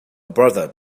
brother